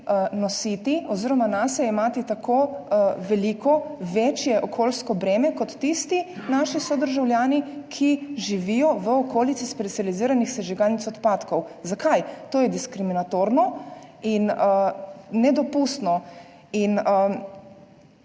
nositi oziroma nase jemati tako veliko, večje okoljsko breme kot tisti naši sodržavljani, ki živijo v okolici specializiranih sežigalnic odpadkov? Zakaj?! To je diskriminatorno in nedopustno.